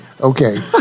Okay